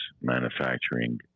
manufacturing